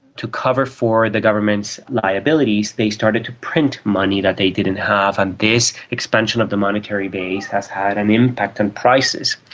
to cover for the government's liabilities they started to print money that they didn't have, and this expansion of the monetary base has had an impact on prices.